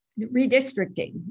redistricting